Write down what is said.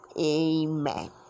amen